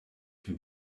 can